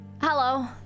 Hello